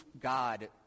God